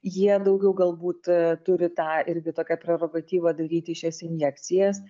jie daugiau galbūt turi tą irgi tokią prerogatyvą daryti šias injekcijas